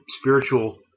spiritual